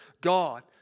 God